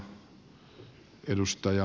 arvoisa puhemies